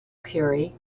curry